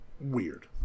weird